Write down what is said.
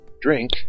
drink